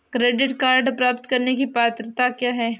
Credit card प्राप्त करने की पात्रता क्या है?